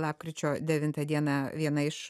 lapkričio devintą dieną viena iš